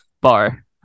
bar